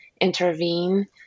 intervene